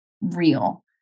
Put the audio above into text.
real